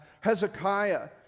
Hezekiah